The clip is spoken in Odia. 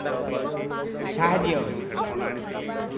ସାହାଯ୍ୟ